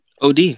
Od